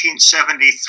1973